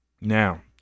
Now